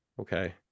okay